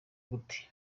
gute